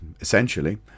essentially